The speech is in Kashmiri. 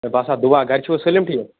ہے بس ہا دُعا گرِ چھِوا سٲلِم ٹھیٖک